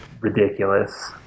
ridiculous